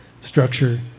structure